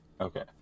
Okay